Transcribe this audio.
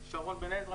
שלום.